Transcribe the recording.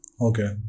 Okay